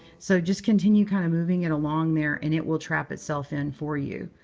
so just continue kind of moving it along there, and it will trap itself in for you.